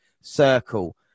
circle